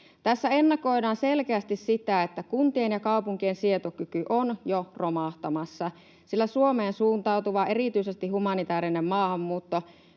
Tässä ennakoidaan selkeästi sitä, että kuntien ja kaupunkien sietokyky on jo romahtamassa, sillä Suomeen suuntautuva erityisesti humanitäärinen maahanmuutto,